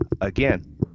again